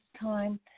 time